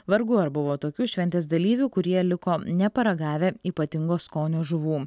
vargu ar buvo tokių šventės dalyvių kurie liko neparagavę ypatingo skonio žuvų